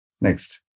Next